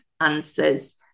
answers